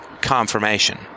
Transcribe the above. confirmation